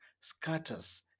scatters